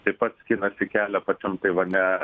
taip pat skinasi kelią pačiam taivane